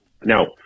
now